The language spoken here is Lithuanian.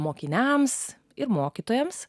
mokiniams ir mokytojams